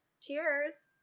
cheers